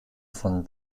von